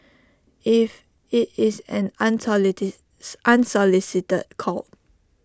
if IT is an unsolicited call